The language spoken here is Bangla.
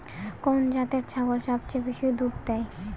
কোন জাতের ছাগল সবচেয়ে বেশি দুধ দেয়?